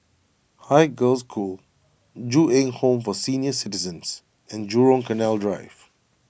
Haig Girls' School Ju Eng Home for Senior Citizens and Jurong Canal Drive